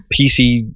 PC